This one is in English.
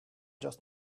just